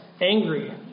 angry